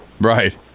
Right